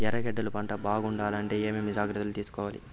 ఎర్రగడ్డలు పంట బాగుండాలంటే ఏమేమి జాగ్రత్తలు తీసుకొవాలి?